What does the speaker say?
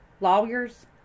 lawyers